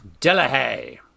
Delahaye